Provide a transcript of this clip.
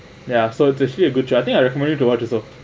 ya so it's actually a good try I think I recommend it to also